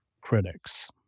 critics